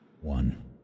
one